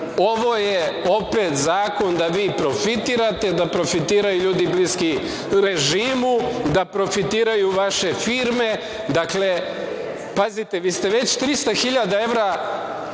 Ovo je opet zakon da vi profitirate, da profitiraju ljudi bliski režimu, da profitiraju vaše firme. Dakle, pazite, vi ste već 300.000 evra